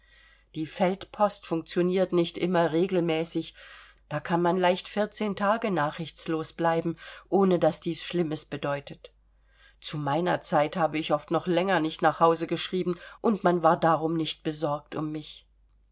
die feldpost funktioniert nicht immer regelmäßig da kann man leicht vierzehn tage nachrichtslos bleiben ohne daß dies schlimmes bedeutet zu meiner zeit habe ich oft noch länger nicht nach hause geschrieben und man war darum nicht besorgt um mich